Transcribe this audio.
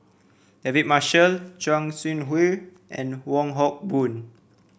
David Marshall Chua Sian and Wong Hock Boon